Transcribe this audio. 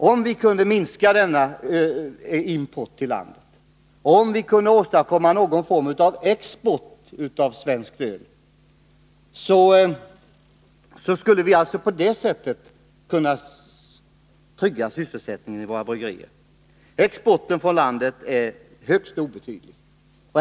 Om vi kunde minska denna import och om vi kunde åstadkomma någon form av export av svenskt öl, skulle vi på det sättet kunna trygga sysselsättningen vid våra bryggerier. Exporten är högst obetydlig.